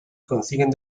consiguen